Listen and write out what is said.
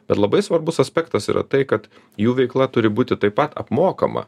bet labai svarbus aspektas yra tai kad jų veikla turi būti taip pat apmokama